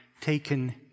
taken